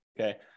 okay